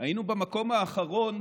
היינו במקום האחרון